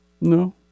No